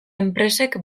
enpresek